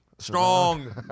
Strong